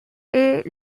est